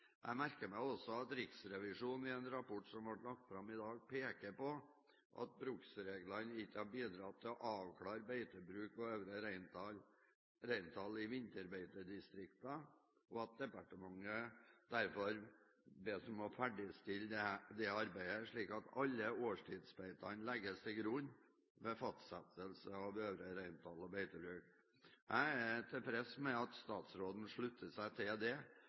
Jeg merker meg også at Riksrevisjonen i en rapport som ble lagt fram i dag, peker på at bruksreglene ikke har bidratt til å avklare beitebruk og øvre reintall i vinterbeitedistriktene, og at departementet derfor bes om å ferdigstille det arbeidet, slik at alle årstidsbeitene legges til grunn ved fastsettelsen av øvre reintall og beitebruk. Jeg er tilfreds med at statsråden slutter seg til det,